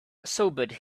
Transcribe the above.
sobered